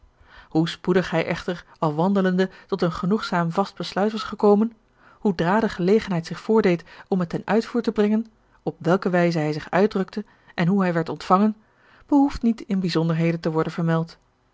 hoe spoedig hij echter al wandelende tot een genoegzaam vast besluit was gekomen hoe dra de gelegenheid zich voordeed om het ten uitvoer te brengen op welke wijze hij zich uitdrukte en hoe hij werd ontvangen behoeft niet in bijzonderheden te worden vermeld